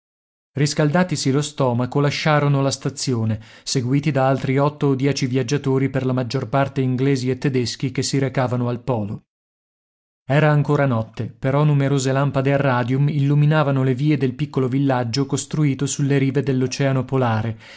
riscaldatisi lo stomaco lasciarono la stazione seguiti da altri otto o dieci viaggiatori per la maggior parte inglesi e tedeschi che si recavano al polo era ancora notte però numerose lampade a radium illuminavano le vie del piccolo villaggio costruito sulle rive dell'oceano polare